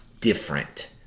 different